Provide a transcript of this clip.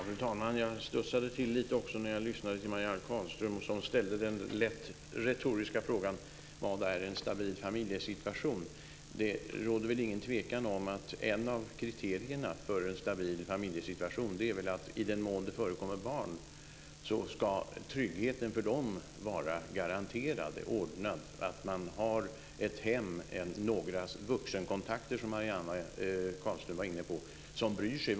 Fru talman! Jag studsade också till lite när jag lyssnade till Marianne Carlström. Hon ställde den lätt retoriska frågan: Vad är en stabil familjesituation? Det råder väl ingen tvekan om att ett av kriterierna för en stabil familjesituation är att i den mån det förekommer barn ska tryggheten för dem vara garanterad och ordnad. De ska ha ett hem och några vuxenkontakter som bryr sig, som Marianne Carlström var inne på.